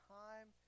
time